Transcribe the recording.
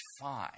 fine